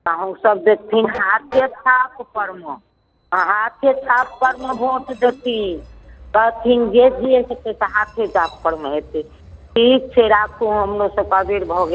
तऽ हम सब देथिन हाथे छाप परमे हँ हाथे छाप परमे भोँट देथिन कहथिन जे जे होयतै तऽ हाथे छाप परमे होयतै ठीक छै राखु हमरो सब कऽ अबेर भऽ गेल